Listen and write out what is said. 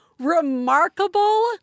remarkable